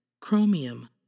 chromium